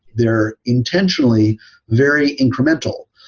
they're intentionally very incremental.